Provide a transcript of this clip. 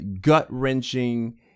gut-wrenching